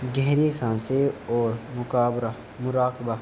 گہری سانسیں اور مراقبہ مراقبہ